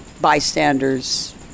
bystanders